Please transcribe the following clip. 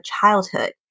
childhood